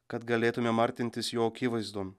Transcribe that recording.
kad galėtumėm artintis jo akivaizdon